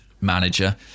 manager